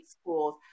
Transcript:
schools